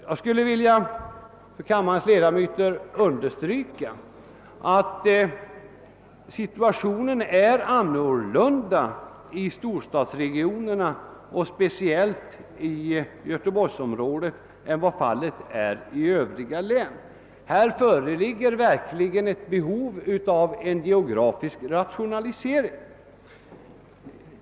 Jag skulle inför kammarens ledamöter vilja understryka att situationen ter sig annorlunda i storstadsregionerna och speciellt i Göteborgsområdet än i övriga län. Här föreligger verkligen ett behov av en geografisk rationalisering.